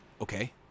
Okay